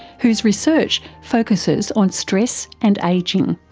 whose research focuses on stress and ageing.